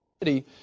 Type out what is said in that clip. city